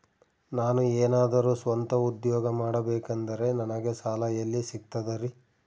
ನಾನು ಏನಾದರೂ ಸ್ವಂತ ಉದ್ಯೋಗ ಮಾಡಬೇಕಂದರೆ ನನಗ ಸಾಲ ಎಲ್ಲಿ ಸಿಗ್ತದರಿ?